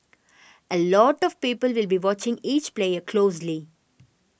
a lot of people will be watching each player closely